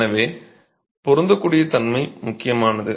எனவே பொருந்தக்கூடிய தன்மை முக்கியமானது